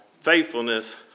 faithfulness